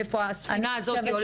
לאיפה הספינה הזאת הולכת.